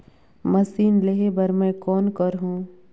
Machine लेहे बर मै कौन करहूं?